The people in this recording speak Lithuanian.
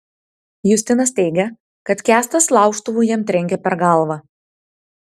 justinas teigia kad kęstas laužtuvu jam trenkė per galvą